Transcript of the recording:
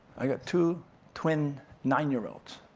i got two twin nine-year-olds